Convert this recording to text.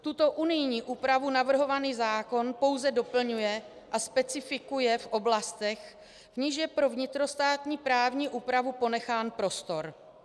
Tuto unijní úpravu navrhovaný zákon pouze doplňuje a specifikuje v oblastech, v nichž je pro vnitrostátní právní úpravu ponechán prostor.